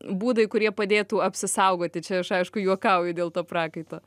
būdai kurie padėtų apsisaugoti čia aš aišku juokauju dėl to prakaito